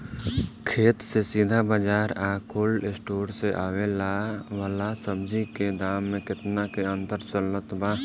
खेत से सीधा बाज़ार आ कोल्ड स्टोर से आवे वाला सब्जी के दाम में केतना के अंतर चलत बा?